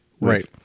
right